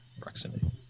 proximity